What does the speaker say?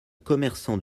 commerçant